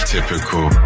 Typical